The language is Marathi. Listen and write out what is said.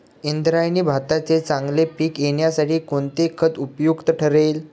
इंद्रायणी भाताचे चांगले पीक येण्यासाठी कोणते खत उपयुक्त ठरेल?